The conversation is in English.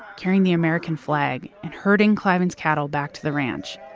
carrying the american flag and herding cliven's cattle back to the ranch.